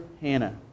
Hannah